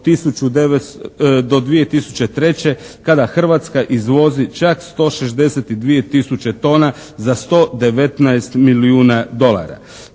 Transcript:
do 2003. kada Hrvatska izvozi čak 162 tisuće tona za 119 milijuna dolara.